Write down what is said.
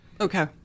Okay